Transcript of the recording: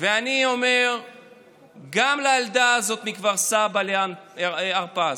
ואני אומר גם לילדה הזאת מכפר סבא, הרפז,